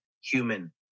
human